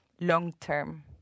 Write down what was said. long-term